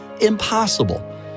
impossible